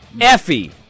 Effie